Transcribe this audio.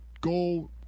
go